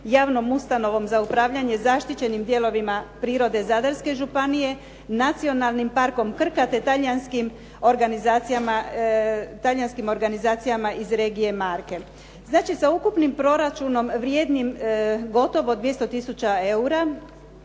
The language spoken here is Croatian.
javnom ustanovom za upravljanje zaštićenim dijelovima prirode Zadarske županije, Nacionalnim parkom Krka te talijanskim organizacijama iz regije Marke. Znači, za ukupnim proračunom vrijednim gotovo 200 tisuća